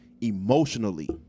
emotionally